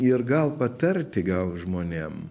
ir gal patarti gal žmonėm